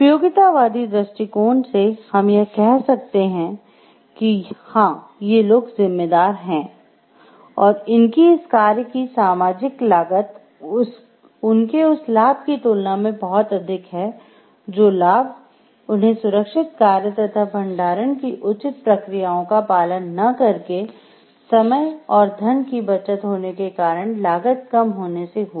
उपयोगितावादी दृष्टिकोण से हम यह कह सकते हैं कि हां ये लोग जिम्मेदार हैं और उनकी इस कार्य की सामाजिक लागत उनके उस लाभ की तुलना में बहुत अधिक है जो लाभ उन्हें सुरक्षित कार्य तथा भंडारण की उचित प्रक्रियाओं का पालन न करके समय और धन की बचत होने के कारण लागत कम होने से हुआ